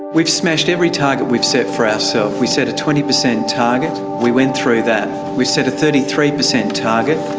we've smashed every target we've set for ourselves. ah so we set a twenty percent target. we went through that. we've set a thirty three percent target.